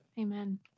Amen